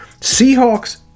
Seahawks